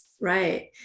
Right